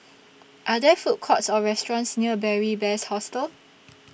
Are There Food Courts Or restaurants near Beary Best Hostel